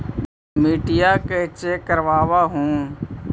मिट्टीया के चेक करबाबहू?